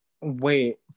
wait